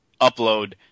upload